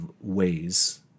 ways